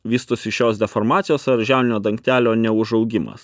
vystosi šios deformacijos ar žiauninio dangtelio neužaugimas